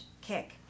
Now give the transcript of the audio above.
Kick